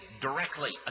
directly